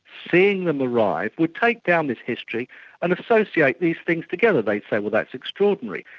seeing them arrive, would take down this history and associate these things together. they said, well that's extraordinary.